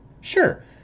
Sure